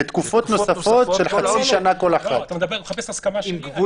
אתה מחפש הסכמה שלי?